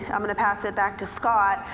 and i'm gonna pass it back to scott,